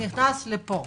נכנס לפה.